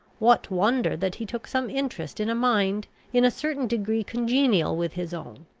what wonder that he took some interest in a mind in a certain degree congenial with his own?